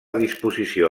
disposició